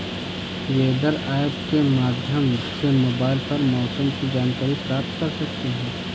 weather app के माध्यम से मोबाइल पर मौसम की जानकारी प्राप्त कर सकते हैं